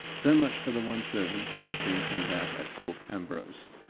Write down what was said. so much for the one servant who has been turned out at thorpe ambrose.